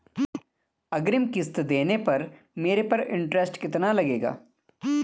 अग्रिम किश्त देने पर मेरे पर इंट्रेस्ट कितना लगेगा?